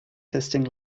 testing